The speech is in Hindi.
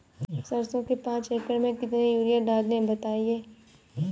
सरसो के पाँच एकड़ में कितनी यूरिया डालें बताएं?